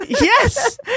Yes